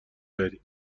بری